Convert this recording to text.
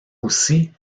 aussi